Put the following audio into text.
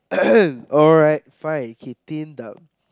alright fine okay tinder